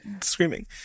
screaming